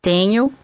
Tenho